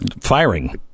firing